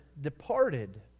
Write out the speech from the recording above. departed